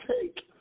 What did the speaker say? take